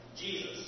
Jesus